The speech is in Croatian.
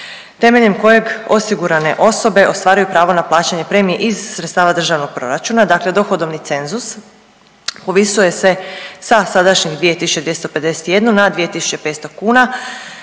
temeljem kojeg osigurane osobe ostvaruju pravo na plaćanje premije iz sredstava državnog proračuna. Dakle, dohodovni cenzus povisuje se sa sadašnjih 2251 na 2500 kuna